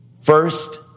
first